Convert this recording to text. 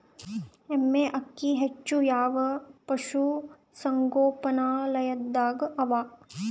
ಎಮ್ಮೆ ಅಕ್ಕಿ ಹೆಚ್ಚು ಯಾವ ಪಶುಸಂಗೋಪನಾಲಯದಾಗ ಅವಾ?